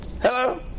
Hello